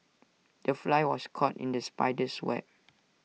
the fly was caught in the spider's web